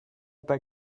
pas